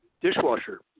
dishwasher